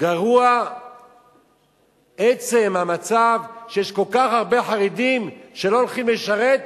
גרוע עצם המצב שיש כל כך הרבה חרדים שלא הולכים לשרת,